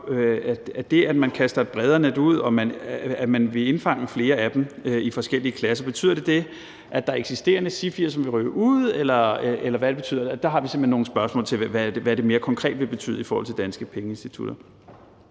om det, at man kaster et bredere net ud, betyder, at man vil indfange flere af dem i forskellige klasser. Betyder det, at der er eksisterende SIFI'er, som vil rykke ud, eller hvad betyder det? Vi har simpelt hen nogle spørgsmål til, hvad det mere konkret vil betyde i forhold til danske pengeinstitutter.